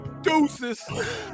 Deuces